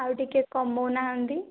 ଆଉ ଟିକେ କମଉ ନାହାଁନ୍ତି